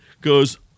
goes